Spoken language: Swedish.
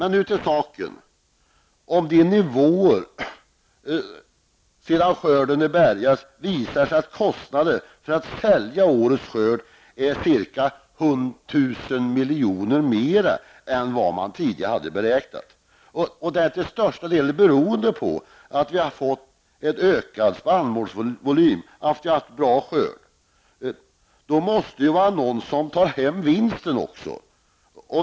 Nu till saken: Om det nu visar sig att kostnaderna för att sälja årets skörd är ca 1 000 miljoner mer än vad man har beräknat, därtill till största delen beroende på att vi har fått en ökad spannmålsvolym, att vi har fått en bra skörd, då måste det finnas någon som tar hem vinsten.